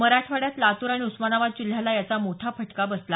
मराठवाड्यात लातूर आणि उस्मानाबाद जिल्ह्याला याचा मोठा फटका बसला